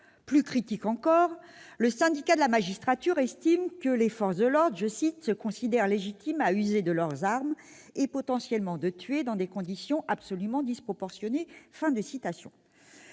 Plus critique encore, le Syndicat de la magistrature estime que les forces de l'ordre « se considéreront légitimes à user de leurs armes, et potentiellement de tuer, dans des conditions absolument disproportionnées ».